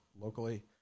locally